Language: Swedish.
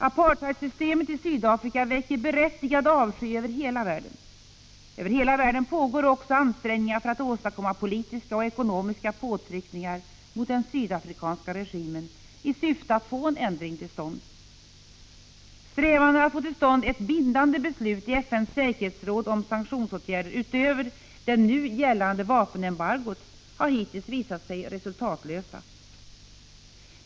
Apartheidsystemet i Sydafrika väcker berättigad avsky över hela världen. Över hela världen görs också ansträngningar för att åstadkomma politiska och ekonomiska påtryckningar mot den sydafrikanska regimen, i syfte att få en ändring till stånd. Strävandena att i FN:s säkerhetsråd få till stånd ett bindande beslut om sanktionsåtgärder, utöver det nu gällande vapenembargot, har hittills visat sig resultatlösa.